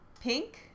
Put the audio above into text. pink